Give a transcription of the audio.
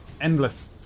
endless